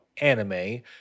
Anime